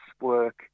work